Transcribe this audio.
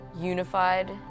unified